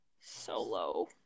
solo